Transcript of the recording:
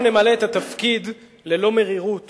אנחנו נמלא את התפקיד ללא מרירות